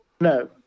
No